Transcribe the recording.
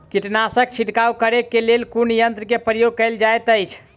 कीटनासक छिड़काव करे केँ लेल कुन यंत्र केँ प्रयोग कैल जाइत अछि?